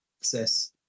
access